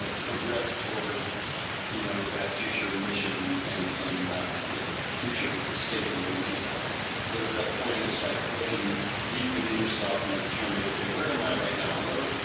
so progress toward you know that future mission and and you know future state that you're looking for so, the set point is like looking deep within yourself and then determine okay, where am i right now? what are